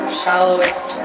shallowest